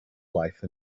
life